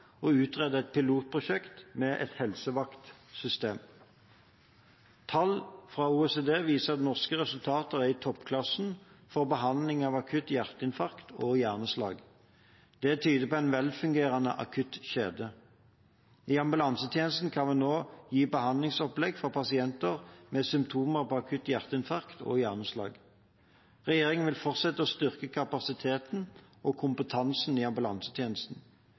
å utrede et pilotprosjekt med et helsevaktsystem. Tall fra OECD viser at norske resultater er i toppklasse for behandling av akutt hjerteinfarkt og hjerneslag. Det tyder på en velfungerende akuttkjede. I ambulansetjenesten kan vi nå gi behandlingsopplegg for pasienter med symptomer på akutt hjerteinfarkt og hjerneslag. Regjeringen vil fortsette å styrke kapasiteten og kompetansen i ambulansetjenesten.